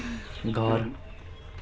घर